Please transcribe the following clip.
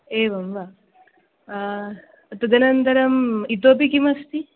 एवं वा तदनन्तरम् इतोपि किमस्ति